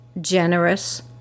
generous